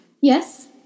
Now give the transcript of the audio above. Yes